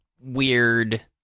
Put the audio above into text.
weird –